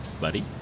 buddy